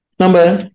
number